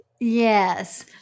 Yes